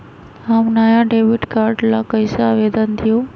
हम नया debit card ला कईसे आवेदन दिउ?